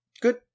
Good